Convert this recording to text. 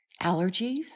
allergies